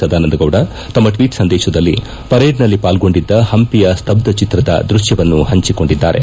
ಸದಾನಂದ ಗೌಡ ತಮ್ಮ ಟ್ವೀಟ್ ಸಂದೇಶದಲ್ಲಿ ಪೆರೇಡ್ನಲ್ಲಿ ಪಾಲ್ಗೊಂಡಿದ್ದ ಹಂಪಿಯ ಸ್ತಭ್ಯಚಿತ್ರದ ದೃತ್ಯವನ್ನು ಹಂಚಿಕೊಂಡಿದ್ದಾರೆ